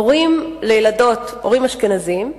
הורים אשכנזים,